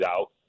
out